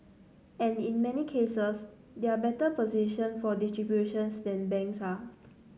and in many cases they are better positioned for distributions than banks are